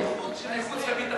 אולי זה יחסי חוץ של חוץ וביטחון?